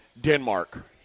Denmark